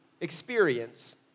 experience